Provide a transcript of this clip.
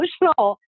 emotional